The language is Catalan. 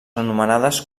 anomenades